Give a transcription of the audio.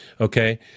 Okay